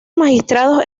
magistrados